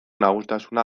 nagusitasuna